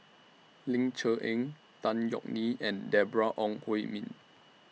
Ling Cher Eng Tan Yeok Nee and Deborah Ong Hui Min